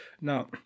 Now